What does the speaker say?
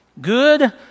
Good